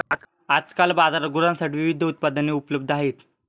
आजकाल बाजारात गुरांसाठी विविध उत्पादने उपलब्ध आहेत